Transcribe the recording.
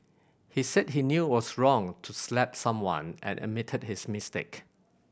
he said he knew was wrong to slap someone and admitted his mistake